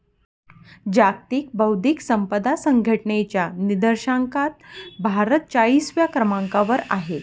जागतिक बौद्धिक संपदा संघटनेच्या निर्देशांकात भारत चाळीसव्या क्रमांकावर आहे